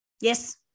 Yes